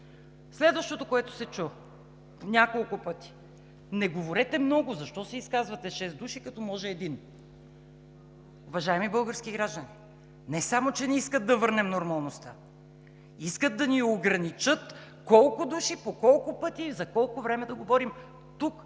Следващото, което се чу няколко пъти: „Не говорете много!“, „Защо се изказвате шест души, като може един?“ Уважаеми български граждани, не само че не искат да върнем нормалността, но искат и да ни ограничат колко души, по колко пъти и за колко време да говорим тук,